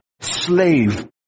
slave